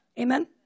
Amen